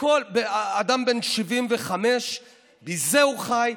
אדם בן 75. מזה הוא חי,